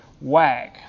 Wag